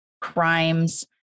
crimes